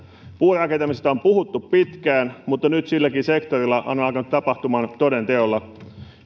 puurakentamisesta on puhuttu pitkään mutta nyt silläkin sektorilla on alkanut tapahtumaan toden teolla